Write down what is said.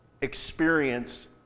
experience